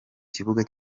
kibuga